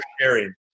sharing